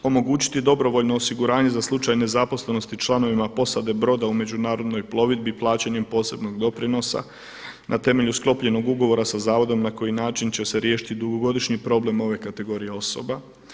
Omogućiti dobrovoljno osiguranje za slučaj nezaposlenosti članovima posade broda u međunarodnoj plovidbi plaćanjem posebnog doprinosa na temelju sklopljenog ugovora sa zavodom na koji način će se riješiti dugogodišnji problem ove kategorije osoba.